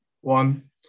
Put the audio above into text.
one